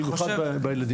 במיוחד בילדים האלה.